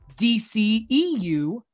DCEU